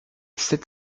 sept